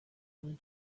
when